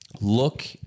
look